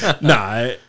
Nah